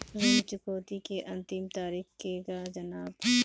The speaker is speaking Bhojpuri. ऋण चुकौती के अंतिम तारीख केगा जानब?